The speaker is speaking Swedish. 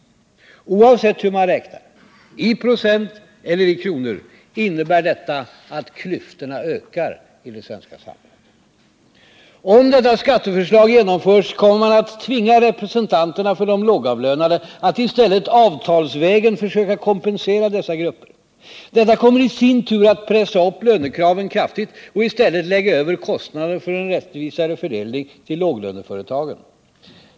Oavsett hur man räknar, i procent eller i kronor, innebär detta att klyftorna ökar i det svenska samhället. Om detta skatteförslag genomförs, kommer man att tvinga representanterna för de lågavlönade att i stället avtalsvägen försöka kompensera dessa grupper. Detta kommer i sin tur att pressa upp lönekraven kraftigt och i stället lägga över kostnaderna för en rättvisare fördelning till låglöneföretagen.